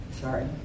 sorry